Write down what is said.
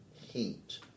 heat